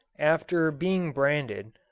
after being branded,